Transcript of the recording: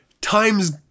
times